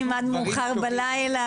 מורים שלא מקבלים מספיק משכורת.